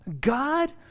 God